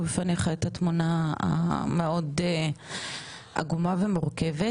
בפנייך את התמונה המאוד עגומה ומורכבת.